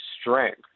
strength